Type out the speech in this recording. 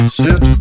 sit